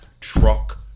Truck